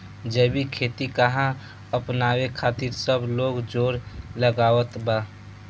जैविक खेती काहे अपनावे खातिर सब लोग जोड़ लगावत बा?